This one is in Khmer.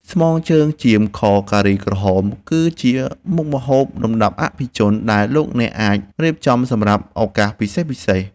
ស្មងជើងចៀម ខ ការីក្រហម គឺជាមុខម្ហូបលំដាប់អភិជនដែលលោកអ្នកអាចរៀបចំសម្រាប់ឱកាសពិសេសៗ។